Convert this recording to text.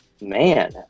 man